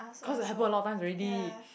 cause it happen a lot of times already